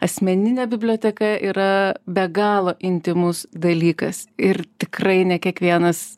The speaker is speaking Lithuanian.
asmeninė biblioteka yra be galo intymus dalykas ir tikrai ne kiekvienas